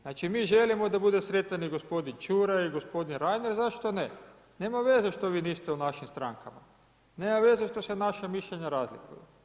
Znači mi želimo da bude sretan i gospodin Ćuraj i gospodin Reiner, zašto ne, nema veze što vi niste u našim strankama, nema veza što se naša mišljenja razlikuju.